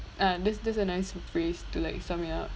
ah that's that's a nice phrase to like sum it up